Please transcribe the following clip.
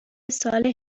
سال